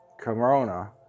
corona